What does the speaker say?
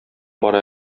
бара